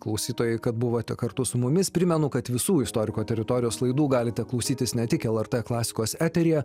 klausytojai kad buvote kartu su mumis primenu kad visų istoriko teritorijos laidų galite klausytis ne tik lrt klasikos eteryje